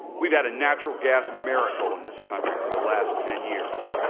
we've had a natural gas miracle in this country for the last ten years.